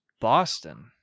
Boston